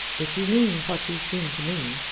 if you mean what you seem to mean,